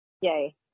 Yay